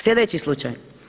Sljedeći slučaj.